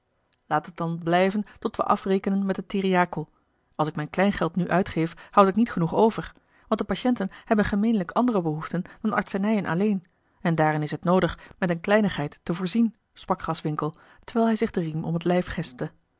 laat het dan blijven tot we afrekenen met het theriakel als ik mijn kleingeld nu uitgeef houd ik niet genoeg over want de patiënten hebben gemeenlijk andere behoeften dan artsenijen alleen en daarin is t noodig met eene kleinigheid te voorzien sprak graswinckel terwijl hij zich den riem om het